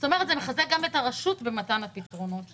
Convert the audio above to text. כלומר זה מחזק גם את הרשות המקומית במתן הפתרונות שלה.